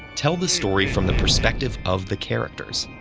tell the story from the perspective of the characters.